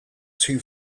too